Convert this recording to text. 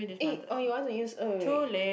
eh or you want to use oh wait wait